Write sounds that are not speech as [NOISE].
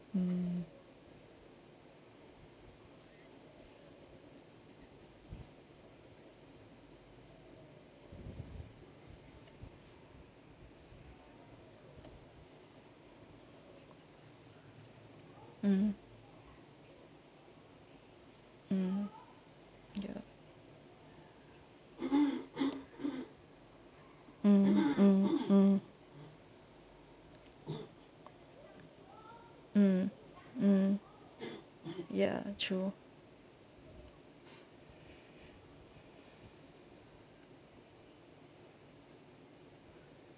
mm mm mm ya mm mm mm mm mm ya true [BREATH]